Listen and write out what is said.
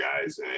guys